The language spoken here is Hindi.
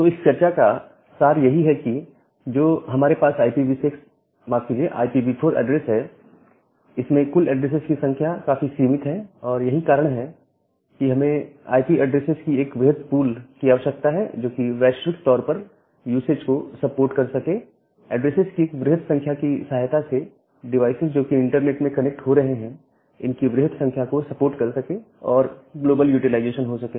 तो इस चर्चा का सार यही है कि जो हमारे पास IPv4 एड्रेस है इसमें कुल ऐड्रेसेस की संख्या काफी सीमित है और यही कारण है कि हमें आईपी ऐड्रेसेस की एक वृहद पूल की आवश्यकता है जो कि वैश्विक तौर पर यूसेज को सपोर्ट कर सके ऐड्रेसेस की एक वृहद संख्या की सहायता से डिवाइसेज जो कि इंटरनेट में कनेक्ट हो रहे हैं इनकी वृहद संख्या को सपोर्ट कर सके और ग्लोबल यूटिलाइजेशन हो सके